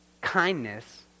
Kindness